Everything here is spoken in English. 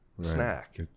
snack